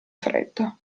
freddo